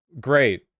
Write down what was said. great